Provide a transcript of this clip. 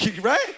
Right